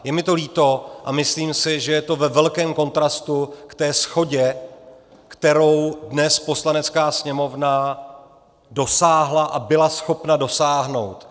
Je mi to líto a myslím si, že je to ve velkém kontrastu ke shodě, které dnes Poslanecká sněmovna dosáhla a byla schopna dosáhnout.